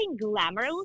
glamorous